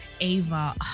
Ava